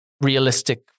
realistic